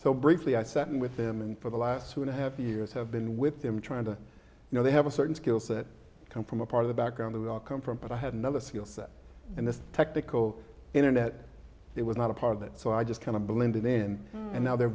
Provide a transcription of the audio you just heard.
so briefly i satin with them and for the last two and a half years have been with them trying to you know they have a certain skills that come from a part of the background the will come from but i had another skill set in the technical internet it was not a part of it so i just kind of blended in and now the